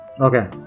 Okay